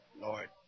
Lord